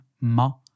Ma